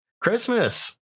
Christmas